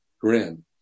grin